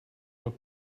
were